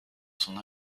son